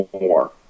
more